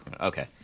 Okay